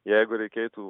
jeigu reikėtų